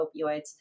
opioids